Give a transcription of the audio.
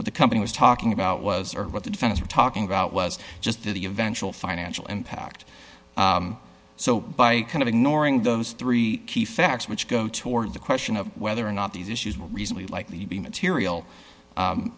for the company was talking about was or what the defense were talking about was just to the eventual financial impact so by kind of ignoring those three key facts which go toward the question of whether or not these issues were recently likely to be material